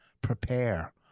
prepare